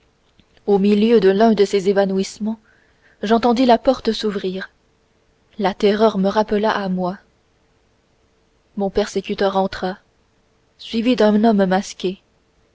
au milieu de l'un de ces évanouissements j'entendis la porte s'ouvrir la terreur me rappela à moi mon persécuteur entra suivi d'un homme masqué